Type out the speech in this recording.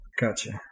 Gotcha